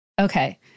Okay